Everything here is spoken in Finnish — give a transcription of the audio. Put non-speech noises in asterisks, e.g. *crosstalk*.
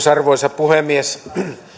*unintelligible* arvoisa puhemies